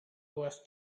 was